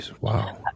wow